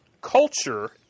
culture